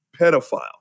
pedophile